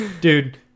dude